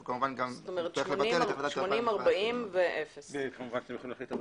כמובן, אתם יכולים להחליט פה